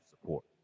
support